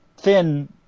thin